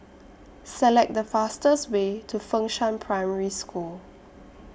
Select The fastest Way to Fengshan Primary School